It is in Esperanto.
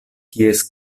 kies